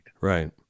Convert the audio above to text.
Right